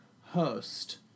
host